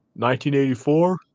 1984